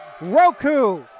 Roku